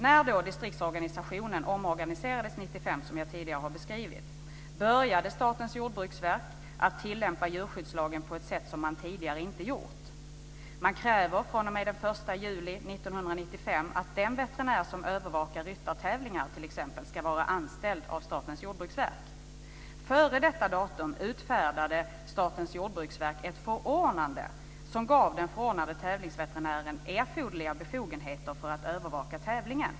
När distriktsveterinärerna omorganiserade sig 1995, som jag tidigare beskrivit, började Statens jordbruksverk att tillämpa djurskyddslagen på ett sätt som man inte tidigare hade gjort. Man kräver fr.o.m. den 1 juli 1995 att den veterinär som t.ex. övervakar ryttartävlingar ska vara anställd av Statens jordbruksverk. Före detta datum utfärdade SJV ett förordnande som gav den förordnade tävlingsveterinären erforderliga befogenheter för att övervaka tävlingen.